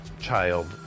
child